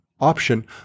option